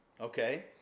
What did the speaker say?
Okay